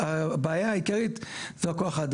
גדעון מרגלית, אני תושב אפרת.